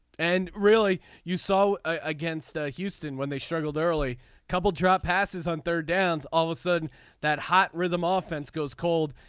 and really you saw against ah houston when they struggled early couple dropped passes on third downs all of a sudden that hot rhythm ah offense goes cold.